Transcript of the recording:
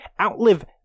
outlive